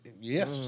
Yes